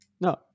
No